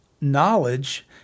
knowledge